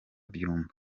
byumba